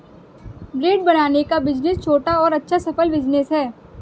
bread बनाने का business छोटा और अच्छा सफल बिज़नेस है